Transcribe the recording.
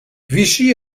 vichy